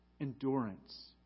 endurance